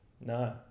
No